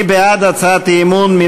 מי בעד הצעת האי-אמון?